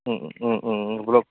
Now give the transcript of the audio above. block